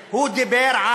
כשתהיה לך זכות דיבור,